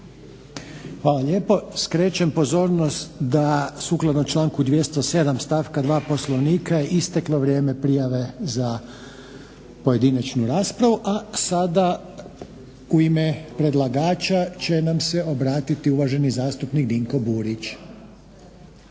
Hvala lijepo. Skrećem pozornost da sukladno članku 207.stavka 2. Poslovnika isteklo vrijeme prijave za pojedinačnu raspravu. A sada u ime predlagača će nam se obratiti uvaženi zastupnik Dinko Burić.